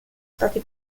stati